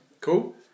cool